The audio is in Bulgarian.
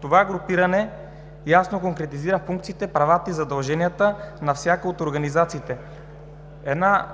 Това групиране ясно конкретизира функциите, правата и задълженията на всяка от организациите. Една